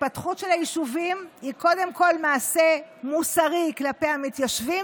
ההתפתחות של היישובים היא קודם כול מעשה מוסרי כלפי המתיישבים,